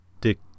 Dick